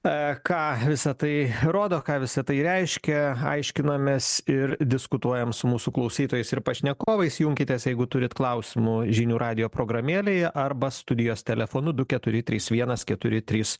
a ką visa tai rodo ką visa tai reiškia aiškinamės ir diskutuojam su mūsų klausytojais ir pašnekovais junkitės jeigu turit klausimų žinių radijo programėlėje arba studijos telefonu du keturi trys vienas keturi trys